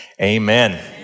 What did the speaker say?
Amen